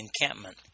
encampment